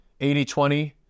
80-20